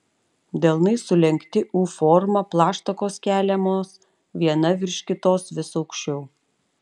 delnai sulenkti u forma plaštakos keliamos viena virš kitos vis aukščiau